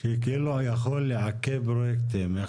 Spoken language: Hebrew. כי לא יכול לעכב פרויקטים.